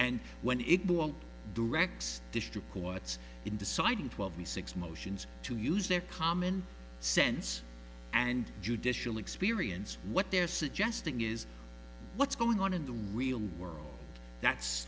will directs district courts in deciding twelve the six motions to use their common sense and judicial experience what they're suggesting is what's going on in the real world that's